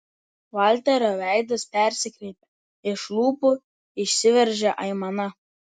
valterio veidas persikreipė iš lūpų išsiveržė aimana